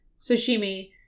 sashimi